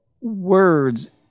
words